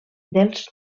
dels